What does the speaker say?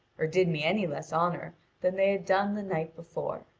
or did me any less honour than they had done the night before.